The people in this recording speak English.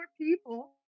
people